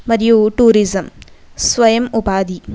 మరియు టూరిజం స్వయం ఉపాధి